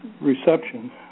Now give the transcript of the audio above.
reception